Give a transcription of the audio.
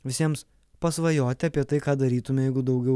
visiems pasvajoti apie tai ką darytume jeigu daugiau